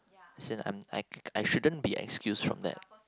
as in I'm I I shouldn't be excused from that